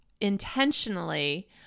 intentionally